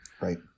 Right